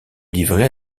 livrer